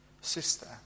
Sister